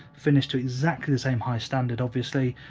finished to exactly the same high standard, obviously,